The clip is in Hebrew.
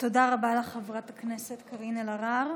תודה רבה לך, חברת הכנסת קארין אלהרר.